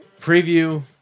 preview